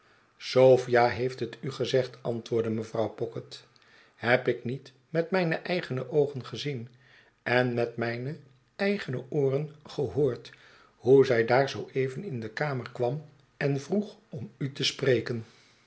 pocket sophia heeft het u gezegd antwoordde mevrouw pocket heb ik niet met mijne eigene oogen gezien en met mijne eigene ooren gehoord hoe zij daar zoo even in de kamer kwam en vroeg om u te spreken